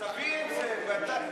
תביא את זה ואתה,